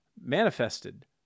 manifested